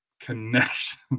connection